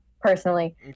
Personally